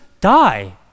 die